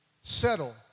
settle